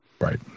Right